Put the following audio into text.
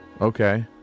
Okay